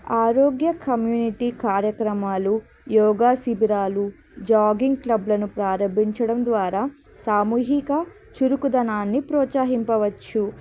ఆరోగ్య కమ్యూనిటీ కార్యక్రమాలు యోగా శిబిరాలు జాగింగ్ క్లబ్లను ప్రారంభించడం ద్వారా సామూహిక చురుకుదనాన్ని ప్రోత్సహింపవచ్చు